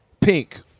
Pink